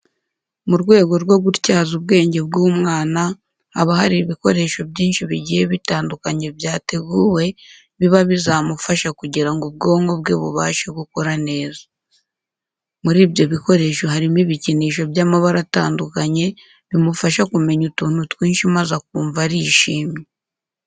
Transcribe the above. Mu rwego rwo gutyaza ubwenge bw'umwana, haba hari ibikoresho byinshi bigiye bitandukanye byateguwe biba bizamufasha kugira ngo ubwonko bwe bubashe gukora cyane. Muri ibyo bikoresho harimo ibikinisho by'amabara atandukanye bimufasha kumenya utuntu twinshi maze akumva arishimye.